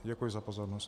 Děkuji za pozornost.